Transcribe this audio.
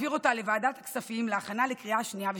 ולהעביר אותה לוועדת הכספים להכנה לקריאה שנייה ושלישית.